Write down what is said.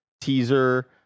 teaser